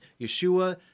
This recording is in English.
Yeshua